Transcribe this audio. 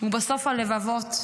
הוא בסוף הלבבות.